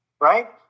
Right